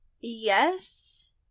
Yes